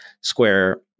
Square